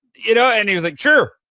you know and he was like, sure.